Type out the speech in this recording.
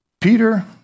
Peter